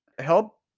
help